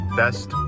best